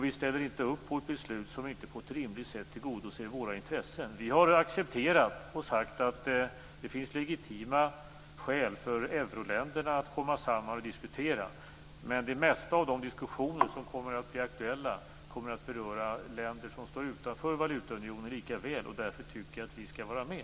Vi ställer inte upp på ett beslut som inte på ett rimligt sätt tillgodoser våra intressen. Vi har accepterat och sagt att det finns legitima skäl för euroländerna att komma samman och diskutera, men det mesta av de diskussioner som kommer att bli aktuella kommer att beröra länder som står utanför valutaunionen lika väl och därför tycker jag att vi skall vara med.